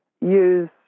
use